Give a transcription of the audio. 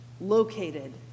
located